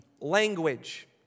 language